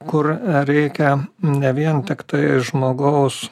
kur reikia ne vien tiktai žmogaus